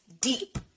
deep